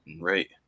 Right